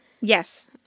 yes